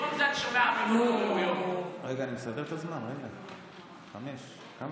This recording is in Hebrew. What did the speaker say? ובמקום זה אני שומע אמירות לא ראויות.